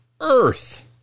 earth